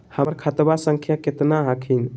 हमर खतवा संख्या केतना हखिन?